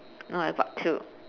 no I got two